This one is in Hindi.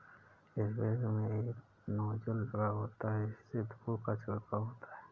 स्प्रेयर में एक नोजल लगा होता है जिससे धूल का छिड़काव होता है